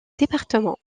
département